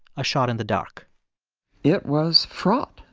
a shot in the dark it was fraught.